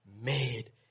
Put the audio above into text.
made